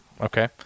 Okay